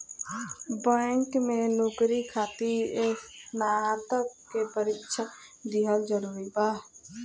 Bank में नौकरी खातिर स्नातक के परीक्षा दिहल जरूरी बा?